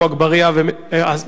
השר ארדן